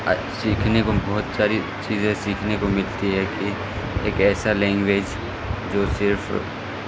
سیکھنے کو بہت ساری چیزیں سیکھنے کو ملتی ہے کہ ایک ایسا لینگویج جو صرف